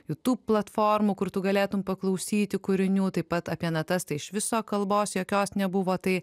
kitų platformų kur tu galėtum paklausyti kūrinių taip pat apie natas tai iš viso kalbos jokios nebuvo tai